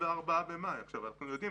אנחנו יודעים